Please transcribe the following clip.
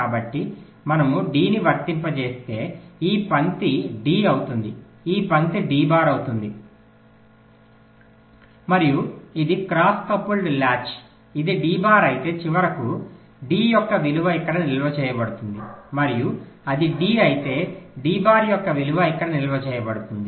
కాబట్టి మనము D ని వర్తింపజేస్తే ఈ పంక్తి D అవుతుంది ఈ పంక్తి D బార్ అవుతుంది మరియు ఇది క్రాస్ కపుల్డ్ లాచ్ ఇది D బార్ అయితే చివరకు D యొక్క విలువ ఇక్కడ నిల్వ చేయబడుతుంది మరియు అది D అయితే D బార్ యొక్క విలువ ఇక్కడ నిల్వ చేయబడుతుంది